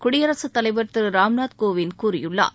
குடியரசுத் தலைவர் திரு ராம்நாத் கோவிந்த் கூறியுள்ளார்